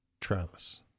Travis